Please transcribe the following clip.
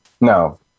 No